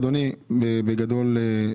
אדוני, בגדול,